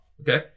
Okay